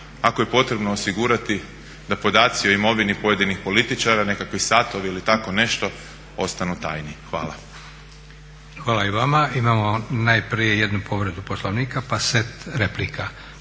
ako je potrebno osigurati da podaci o imovini pojedini političara, nekakvi satovi ili tako nešto ostanu tajni. Hvala. **Leko, Josip (SDP)** Hvala i vama. Imamo najprije jednu povredu Poslovnika pa set replika.